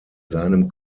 seinem